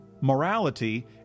Morality